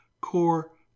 core